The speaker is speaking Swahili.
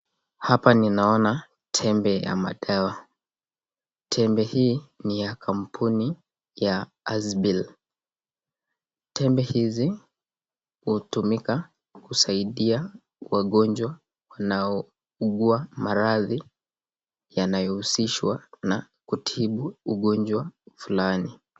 Hapa ninaona tembe ya madawa, Tembe hii ni ya kampuni ya Azbil. Tembe hizi hutumika kusaidia wagonjwa wanaouguwa maradhi yanayohusishwa na kutibu ugonjwa fulani.